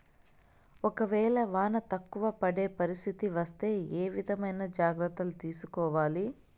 ఒక వేళ వాన తక్కువ పడే పరిస్థితి వస్తే ఏ విధమైన జాగ్రత్తలు తీసుకోవాలి?